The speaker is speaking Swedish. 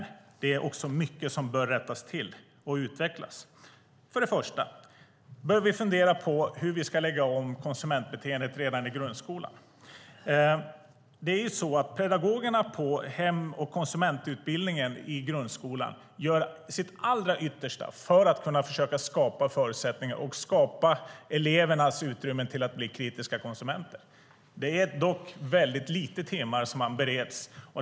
Det är också mycket som bör rättas till och utvecklas. Först och främst bör vi fundera på hur vi redan i grundskolan ska lägga om konsumentbeteendet. Pedagogerna på hem och konsumentutbildningen i grundskolan gör sitt allra yttersta för att kunna skapa förutsättningar och skapa elevernas utrymme att bli kritiska konsumenter. Det är dock väldigt få timmar de har.